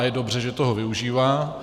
A je dobře, že toho využívá.